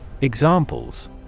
Examples